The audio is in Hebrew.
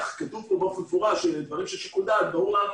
כתוב במפורש שדברים של שיקול דעת ברור לנו